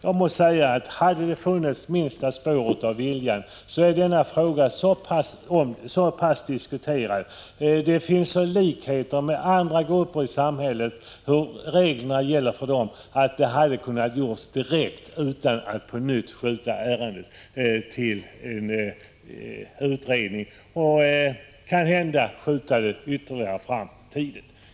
Om det hade funnits det minsta spår av vilja hade denna fråga kunnat avgöras direkt, utan att åter hänskjutas till utredning och kanhända ytterligare skjutas på framtiden, eftersom denna fråga ju har diskuterats så pass mycket och likheter finns med regler för andra grupper i samhället.